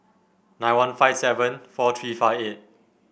nine one five seven four three five eight